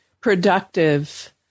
productive